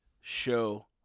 show